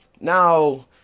Now